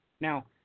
Now